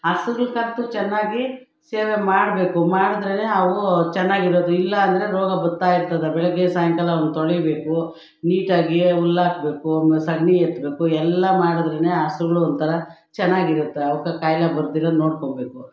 ಹಸುಗಳ್ಗಂತು ಚೆನ್ನಾಗಿ ಸೇವೆ ಮಾಡಬೇಕು ಮಾಡಿದ್ರೆ ಅವು ಚೆನ್ನಾಗಿರೋದು ಇಲ್ಲಾಂದರೆ ರೋಗ ಬತ್ತಾ ಇರ್ತದೆ ಬೆಳಗ್ಗೆ ಸಾಯಂಕಾಲ ಅವುನ್ನ ತೊಳಿಬೇಕು ನೀಟಾಗಿ ಹುಲ್ಲಾಕ್ಬೇಕು ಸಗಣಿ ಎತ್ಬೇಕು ಎಲ್ಲಾ ಮಾಡಿದ್ರೆ ಹಸುಗ್ಳು ಒಂಥರ ಚೆನ್ನಾಗಿರತ್ವೆ ಅವುಕ್ಕೆ ಕಾಯಿಲೆ ಬರ್ದಿರ ನೋಡಿಕೋಬೇಕು